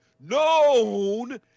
known